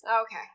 Okay